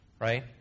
right